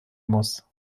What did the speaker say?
muss